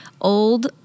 Old